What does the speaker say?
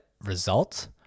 result